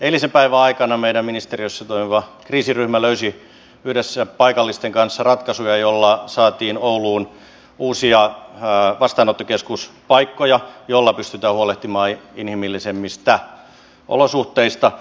eilisen päivän aikana meidän ministeriössä toimiva kriisiryhmä löysi yhdessä paikallisten kanssa ratkaisuja joilla saatiin ouluun uusia vastaanottokeskuspaikkoja joilla pystytään huolehtimaan inhimillisemmistä olosuhteista